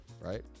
right